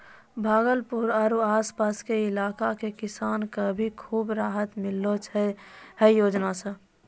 भागलपुर आरो आस पास के इलाका के किसान कॅ भी खूब राहत मिललो छै है योजना सॅ